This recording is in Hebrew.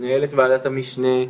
מנהלת ועדת המשנה,